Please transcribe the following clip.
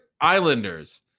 Islanders